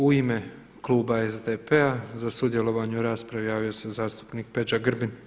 U ime Kluba SDP-a za sudjelovanje u raspravi javio se zastupnik Peđa Grbin.